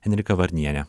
henrika varniene